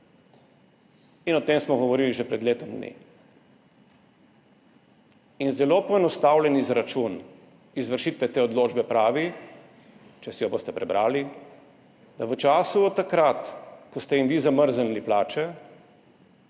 in o tem smo govorili že pred letom dni. Zelo poenostavljen izračun izvršitve te odločbe pravi, če si jo boste prebrali, da je bila v času od takrat, ko ste jim vi zamrznili plače